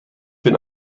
bin